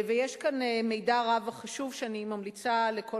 יש כאן מידע רב וחשוב שאני ממליצה לכל